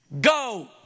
Go